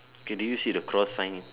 okay do you see the cross sign